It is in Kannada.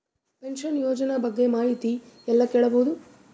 ಪಿನಶನ ಯೋಜನ ಬಗ್ಗೆ ಮಾಹಿತಿ ಎಲ್ಲ ಕೇಳಬಹುದು?